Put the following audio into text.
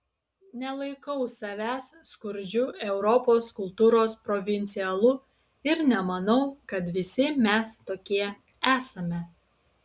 nelaikau savęs skurdžiu europos kultūros provincialu ir nemanau kad visi mes tokie esame